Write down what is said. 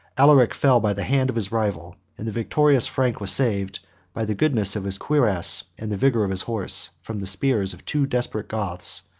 alaric fell by the hand of his rival and the victorious frank was saved by the goodness of his cuirass, and the vigor of his horse, from the spears of two desperate goths,